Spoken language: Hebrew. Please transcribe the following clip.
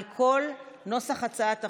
על כל נוסח הצעת החוק,